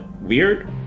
weird